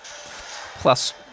plus